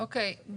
אוקיי.